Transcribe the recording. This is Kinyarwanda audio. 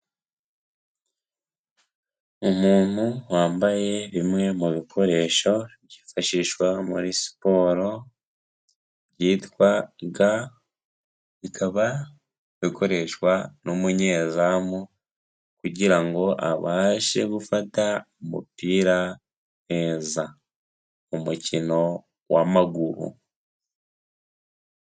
Umuntu wambaye bimwe mu bikoresho byifashishwa muri siporo byitwa ga, ikaba ikoreshwa n'umunyezamu kugira ngo abashe gufata umupira neza, mu mukino w'amaguru.